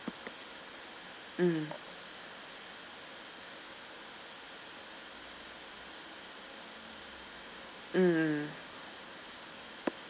mm mm